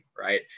Right